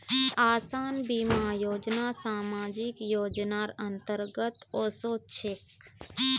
आसान बीमा योजना सामाजिक योजनार अंतर्गत ओसे छेक